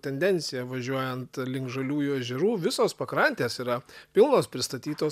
tendencija važiuojant link žaliųjų ežerų visos pakrantės yra pilnos pristatytos